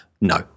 No